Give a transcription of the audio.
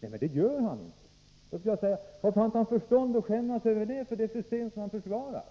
Men det gör han inte. Jag skulle kunna fråga honom varför han inte har förstånd att skämmas över det system som han brukar försvara.